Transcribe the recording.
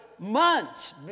Months